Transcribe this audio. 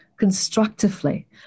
Constructively